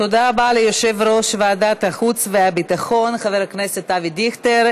תודה רבה ליושב-ראש ועדת החוץ והביטחון חבר הכנסת אבי דיכטר.